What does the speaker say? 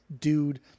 dude